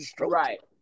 Right